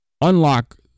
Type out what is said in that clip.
Unlock